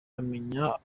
amenya